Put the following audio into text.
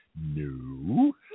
No